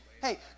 Hey